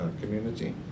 community